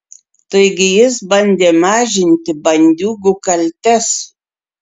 taigi jis bandė mažinti bandiūgų kaltes